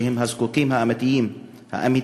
שהם הזקוקים האמיתיים,